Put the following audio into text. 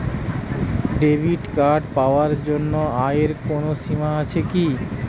Debit card পাওয়ার জন্য আয়ের কোনো সীমা আছে কি?